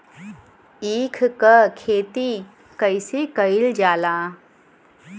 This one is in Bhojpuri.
ईख क खेती कइसे कइल जाला?